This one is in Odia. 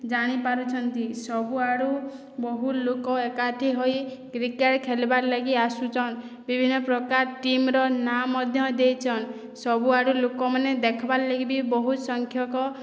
ଜାଣିପାରୁଛନ୍ତି ସବୁଆଡୁ ବହୁ ଲୋକ ଏକାଠି ହୋଇ କ୍ରିକେଟ୍ ଖେଲ୍ବାର୍ଲାଗି ଆସୁଛନ୍ ବିଭିନ୍ନପ୍ରକାର ଟିମ୍ର ନା ମଧ୍ୟ ଦେଇଚନ୍ ସବୁଆଡୁ ଲୋକମାନେ ଦେଖ୍ବାର୍ଲାଗି ବି ବହୁତ୍ ସଂଖ୍ୟକ